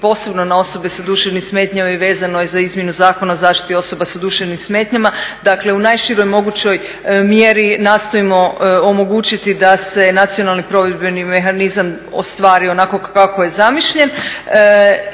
posebno na osobe s duševnim smetnjama i vezano je za izmjenu Zakona o zaštiti osoba sa duševnim smetnjama, dakle u najširoj mogućoj mjeri nastojimo omogućiti da se nacionalni provedbeni mehanizam ostvari onako kako je zamišljen.